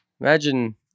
Imagine